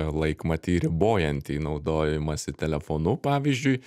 laikmatį ribojantį naudojimąsi telefonu pavyzdžiui